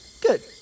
good